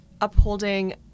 upholding